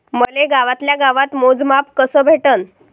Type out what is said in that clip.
मले गावातल्या गावात मोजमाप कस भेटन?